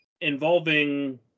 involving